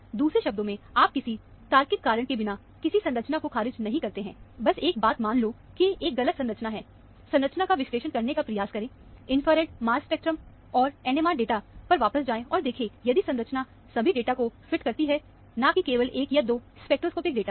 दूसरे शब्दों में आप किसी तार्किक कारण के बिना किसी संरचना को खारिज नहीं करते हैं बस एक मान लो कि एक गलत संरचना है संरचना का विश्लेषण करने का प्रयास करें इंफ्रारेड मास स्पेक्ट्रमऔरNMR डेटा पर वापस जाएं और देखें यदि संरचना सभी डेटा को फिट करती है न कि केवल 1 या 2 स्पेक्ट्रोस्कोपिक डेटा को